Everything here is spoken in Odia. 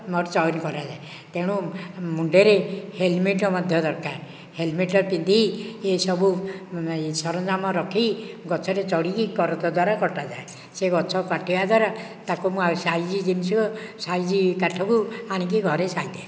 ଚୟନ କରାଯାଏ ତେଣୁ ମୁଣ୍ଡରେ ହେଲମେଟ ମଧ୍ୟ ଦରକାର ହେଲମେଟ ପିନ୍ଧି ଏସବୁ ସରଞ୍ଜାମ ରଖି ଗଛରେ ଚଢ଼ିକି କରତ ଦ୍ୱାରା କଟାଯାଏ ସେ ଗଛ କାଟିବା ଦ୍ୱାରା ତାକୁ ମୁଁ ସାଇଜ କାଠକୁ ଆଣିକି ଘରେ ସାଇତେ